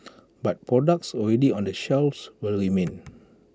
but products already on the shelves will remain